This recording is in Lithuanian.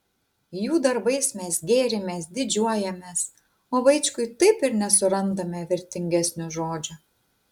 jų darbais mes gėrimės didžiuojamės o vaičkui taip ir nesurandame vertingesnio žodžio